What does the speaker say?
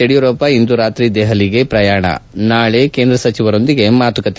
ಯಡಿಯೂರಪ್ಪ ಇಂದು ರಾತ್ರಿ ದೆಪಲಿಗೆ ಪ್ರಯಾಣ ನಾಳೆ ಕೇಂದ್ರ ಸಚಿವರೊಂದಿಗೆ ಮಾತುಕತೆ